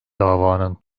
davanın